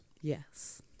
Yes